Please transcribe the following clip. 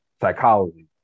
psychology